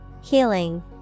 Healing